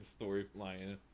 storyline